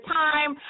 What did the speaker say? time